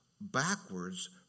backwards